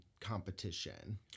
competition